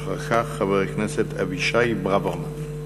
ואחר כך, חבר הכנסת אבישי ברוורמן.